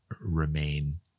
remain